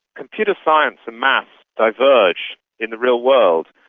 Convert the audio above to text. computer science and maths diverged in the real world.